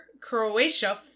Croatia